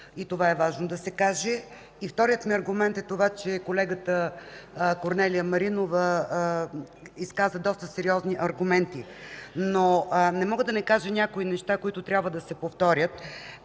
и това е важно да се каже. Вторият ми аргумент е, че колегата Корнелия Маринова изказа доста сериозни аргументи. Но не мога да не кажа няколко неща, които трябва да се повторят.